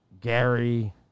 Gary